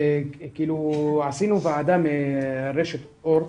עשינו ועדה מרשת אורט,